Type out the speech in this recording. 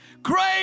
Great